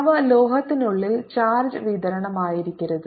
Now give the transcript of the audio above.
അവ ലോഹത്തിനുള്ളിൽ ചാർജ് വിതരണമായിരിക്കരുത്